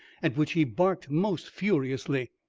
at which he barked most furiously.